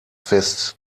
fest